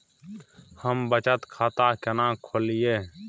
हम बचत खाता केना खोलइयै?